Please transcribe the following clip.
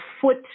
foot